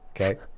Okay